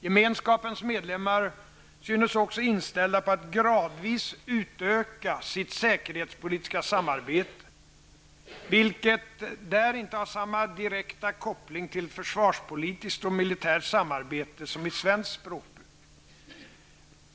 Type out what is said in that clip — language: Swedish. Gemenskapens medlemmar synes också inställda på att gradvis utöka sitt säkerhetspolitiska samarbete, vilket där inte har samma direkta koppling till försvarspolitiskt och militärt samarbete som i svenskt språkbruk.